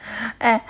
eh